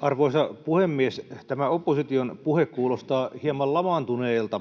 Arvoisa puhemies! Tämä opposition puhe kuulostaa hieman lamaantuneelta.